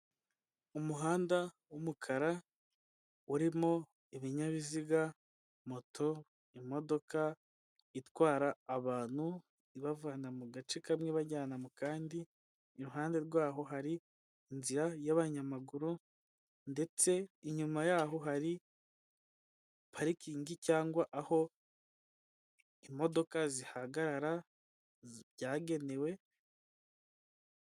Umuhanda w'umukara urimo ibinyabiziga, moto, imodoka itwara abantu ibavana mu gace kamwe ibajyana mu kandi, iruhande rwaho hari inzira y'abanyamaguru ndetse inyuma yaho hari parikingi cyangwa aho imodoka zihagarara byagenewe.